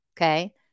okay